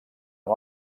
amb